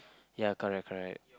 ya correct correct